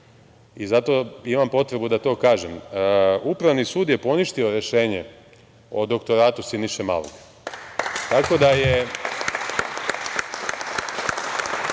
i zato imam potrebu da to kažem. Upravni sud je poništio rešenje o doktoratu Siniše Malog. Tako da je